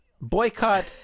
boycott